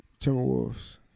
Timberwolves